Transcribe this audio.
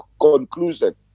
conclusion